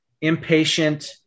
impatient